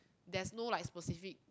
there is no like specific